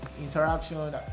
interaction